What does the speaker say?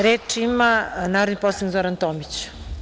Reč ima narodni poslanik, Zoran Tomić.